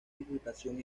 irritación